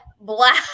black